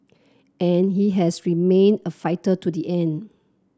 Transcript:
and he has remained a fighter to the end